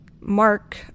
Mark